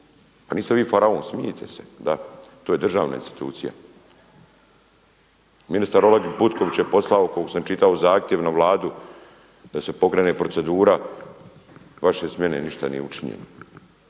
pa niste vi faraon, smijte se, da, to je državna institucija. Ministar Oleg Butković je poslao koliko sam čitao zahtjev na Vladu da se pokrene procedura vaše smjene, ništa nije učinjeno.